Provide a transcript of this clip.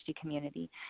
community